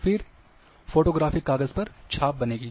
फिर photographic काग़ज़ छाप बनेगी